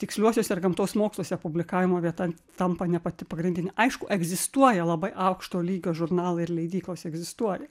tiksliuosiuose ir gamtos moksluose publikavimo vieta tampa ne pati pagrindinė aišku egzistuoja labai aukšto lygio žurnalai ir leidyklos egzistuoja